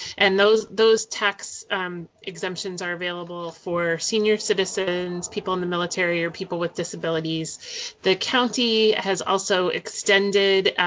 and those those tax exemptions are available for senior citizens, people in the military, or people with disabilities the county has also extended